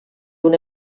una